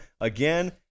again